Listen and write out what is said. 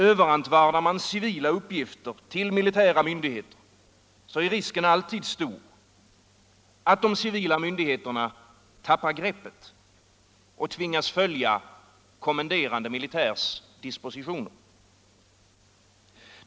Överantvardar man civila uppgifter till militära myndigheter är alltid risken stor att de civila myndigheterna tappar greppet och tvingas följa kommenderande militärs dispositioner.